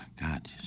God